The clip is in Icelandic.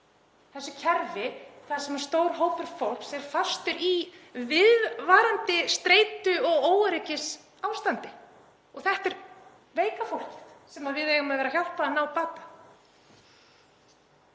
þessu kerfi þar sem stór hópur fólks er fastur í viðvarandi streitu- og óöryggisástandi og þetta er veika fólkið sem við eigum að vera að hjálpa að ná bata.